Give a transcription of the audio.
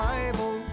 Bible